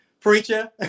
preacher